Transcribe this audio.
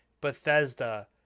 Bethesda